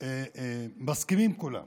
מסכימים עליו